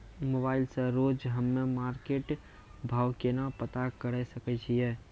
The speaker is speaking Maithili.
मोबाइल से रोजे हम्मे मार्केट भाव केना पता करे सकय छियै?